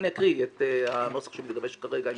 אני אקריא את הנוסח שמתגבש כרגע.